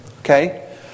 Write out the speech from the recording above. okay